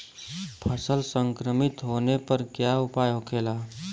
फसल संक्रमित होने पर क्या उपाय होखेला?